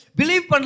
believe